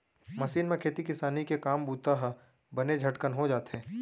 machine म खेती किसानी के काम बूता ह बने झटकन हो जाथे